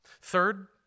Third